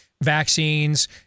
vaccines